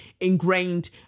ingrained